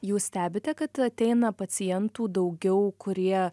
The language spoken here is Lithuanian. jūs stebite kad ateina pacientų daugiau kurie